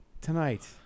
tonight